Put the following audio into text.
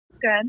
Good